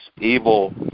evil